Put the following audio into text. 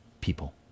people